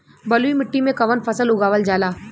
बलुई मिट्टी में कवन फसल उगावल जाला?